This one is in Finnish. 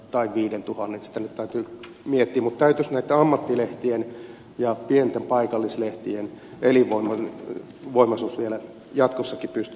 sitä nyt täytyy miettiä mutta täytyisi näitten ammattilehtien ja pienten paikallislehtien elinvoimaisuus vielä jatkossakin pystyä turvaamaan